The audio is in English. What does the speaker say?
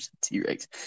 T-Rex